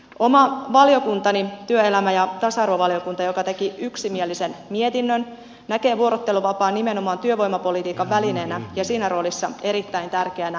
oma valiokuntani työelämä ja tasa arvovaliokunta joka teki yksimielisen mietinnön näkee vuorotteluvapaan nimenomaan työvoimapolitiikan välineenä ja siinä roolissa erittäin tärkeänä työkaluna